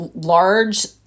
large